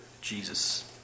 Jesus